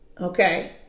Okay